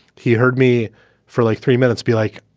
he heard me for like three minutes be like,